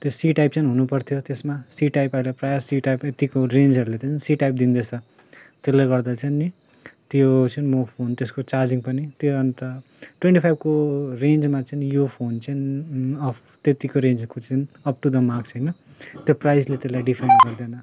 त्यो C type चाहिँ हुनुपर्थ्यो त्यसमा सी टाइप अहिले प्रायः सी टाइप यतिको रेन्जहरूले त नि सी टाइप दिँदैछ त्यसले गर्दा चाहिँ नि त्यो चाहिँ म फोन त्यसको चार्जिङ पनि त्यो अन्त ट्वेन्टी फाइभको रेन्जमा चाहिँ यो फोन चाहिँ अफ त्यत्तिको रेन्जको चाहिँ अप टू द मार्क छैन त्यो प्राइजले त्यसलाई़ डिफाइन गर्दैन